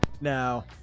Now